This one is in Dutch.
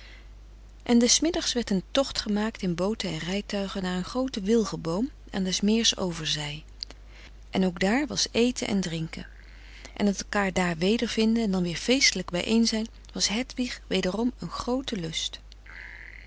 en des middags werd een tocht gemaakt in booten en rijtuigen naar een groote wilgenboom aan des meers overzij en ook daar was eten en drinken en het elkaar daar wedervinden en dan weer feestelijk bijeenzijn was hedwig wederom een groote lust